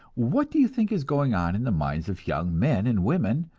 what do you think is going on in the minds of young men and women,